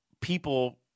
people